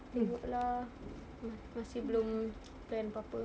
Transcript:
tengok lah masih belum plan apa apa